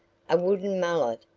a wooden mallet,